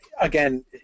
again